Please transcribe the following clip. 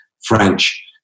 French